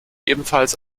ebenfalls